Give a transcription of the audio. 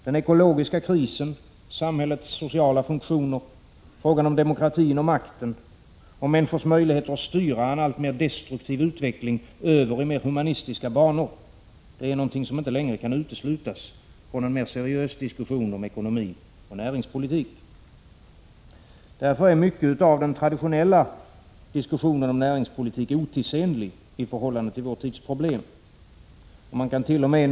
Den ekologiska krisen, samhällets sociala funktioner, frågan om demokratin och makten, om människors möjligheter att styra en alltmer destruktiv utveckling över i humanistiska banor är någonting som inte längre kan uteslutas från en seriös diskussion om ekonomi och näringspolitik. Därför är mycket av den traditionella diskussionen om näringspolitik otidsenlig i förhållande till vår tids problem. Man kant.o.m.